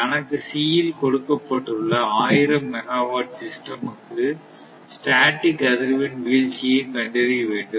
கணக்கு C இல் கொடுக்கப்பட்டுள்ள 1000 மெகாவாட் சிஸ்டம் க்கு ஸ்டேடிக் அதிர்வெண் வீழ்ச்சியை கண்டறிய வேண்டும்